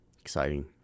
exciting